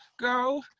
go